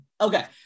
okay